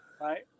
right